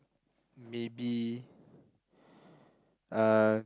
maybe uh